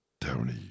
Tony